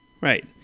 right